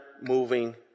moving